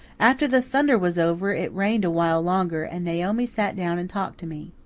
after the thunder was over it rained a while longer, and naomi sat down and talked to me.